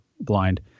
blind